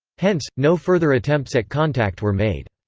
hence, no further attempts at contact were made.